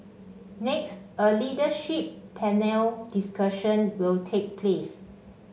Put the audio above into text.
next a leadership panel discussion will take place